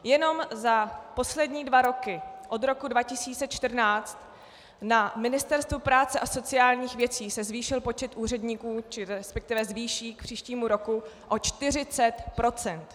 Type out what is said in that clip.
Jenom za poslední dva roky, od roku 2014, na Ministerstvu práce a sociálních věcí se zvýšil počet úředníků, resp. zvýší k příštímu roku, o 40 %.